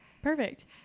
perfect